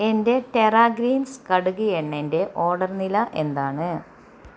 എന്റെ terra greens കടുക് എണ്ണെന്റെ ഓർഡർ നില എന്താണ്